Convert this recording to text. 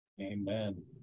Amen